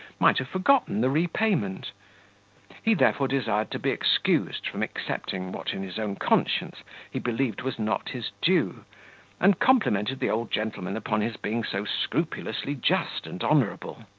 might have forgotten the repayment he therefore desired to be excused from accepting what in his own conscience he believed was not his due and complemented the old gentleman upon his being so scrupulously just and honourable.